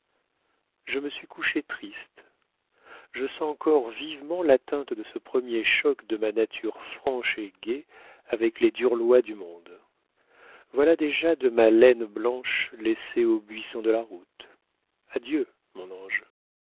je me suis couchée triste je sens encore vivement l'atteinte de ce premier choc de ma nature franche et gaie avec les dures lois du monde voilà déjà de ma laine blanche laissée aux buissons de la route adieu mon ange